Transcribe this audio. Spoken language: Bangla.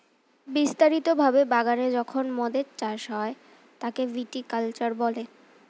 বিস্তারিত ভাবে বাগানে যখন মদের চাষ হয় তাকে ভিটি কালচার বলে